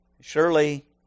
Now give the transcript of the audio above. surely